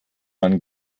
man